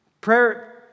Prayer